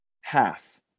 half